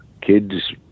Kids